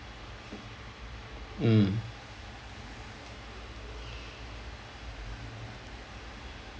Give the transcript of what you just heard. mm